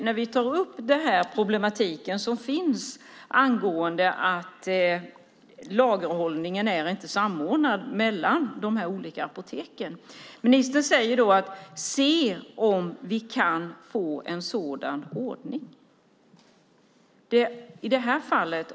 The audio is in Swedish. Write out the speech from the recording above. När vi tar upp den problematik som finns när det gäller att lagerhållningen inte är samordnad mellan de olika apoteken säger ministern att man ska se om det går att få en sådan ordning.